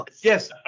Yes